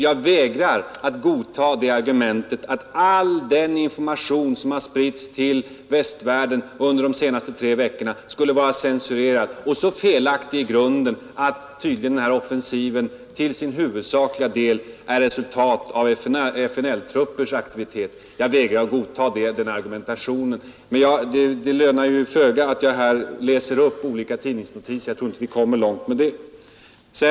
Jag vägrar att godta det argumentet att all den information som har spritts till västvärlden under de senaste tre veckorna skulle vara censurerad och i grunden så felaktig att den här offensiven till sin huvudsakliga del tydligen är ett resultat av FNL-truppers aktivitet. Jag vägrar att godta den argumentationen, men det lönar sig föga att här läsa upp olika tidningsnotiser. Jag tror inte vi kommer långt med det.